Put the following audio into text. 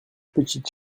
petites